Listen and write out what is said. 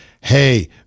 Hey